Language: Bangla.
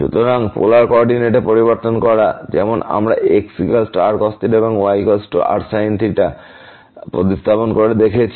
সুতরাং পোলার কো অর্ডিনেটে পরিবর্তন করা যেমন আমরা xrcos and rsin প্রতিস্থাপন করে দেখেছি